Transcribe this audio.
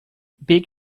big